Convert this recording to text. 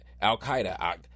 Al-Qaeda